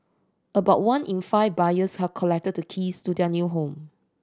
about one in five buyers have collected the keys to their new home